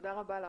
תודה רבה לך.